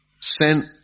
sent